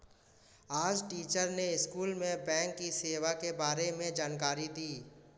आज टीचर ने स्कूल में बैंक की सेवा के बारे में जानकारी दी